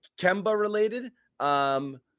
Kemba-related